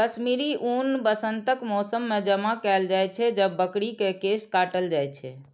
कश्मीरी ऊन वसंतक मौसम मे जमा कैल जाइ छै, जब बकरी के केश काटल जाइ छै